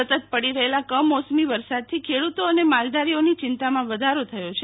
સતત પડી રહેલા કમોસમી વરસાદથી ખેડુતો અને માલધારીઓની ચિંતામાં વધારો થયો છે